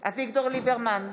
אביגדור ליברמן,